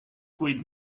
kuid